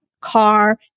car